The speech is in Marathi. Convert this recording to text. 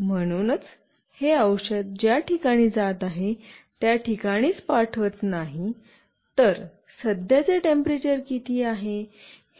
म्हणूनच हे औषध ज्या ठिकाणी जात आहे त्या ठिकाणीच पाठवत नाही तर सध्याचे टेम्परेचर किती आहे